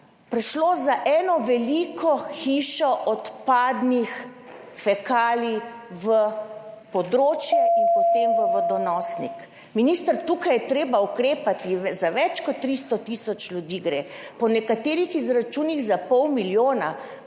prešlo za eno veliko hišo odpadnih fekalij, na področje in potem v vodonosnik. Minister, tukaj je treba ukrepati. Za več kot 300 tisoč ljudi gre, po nekaterih izračunih za pol milijona,